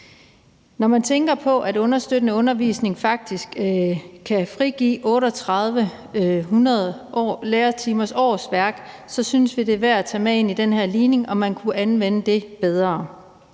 Når man tænker på, at understøttende undervisning faktisk kan frigive 3.800 lærertimers årsværk, så synes vi, det er værd at tage med ind i den her ligning, om man kunne anvende det bedre.